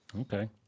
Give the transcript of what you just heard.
Okay